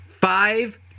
five